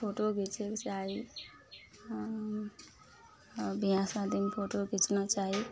photo घीचयके चाही बियाह शादीमे फोटो घीचना चाही